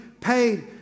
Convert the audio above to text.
paid